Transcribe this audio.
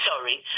Sorry